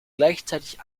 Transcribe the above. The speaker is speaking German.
gleichzeitig